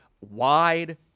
wide